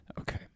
okay